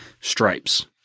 stripes